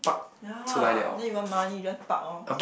yeah then you want money you just park lor